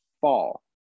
fall